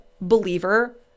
believer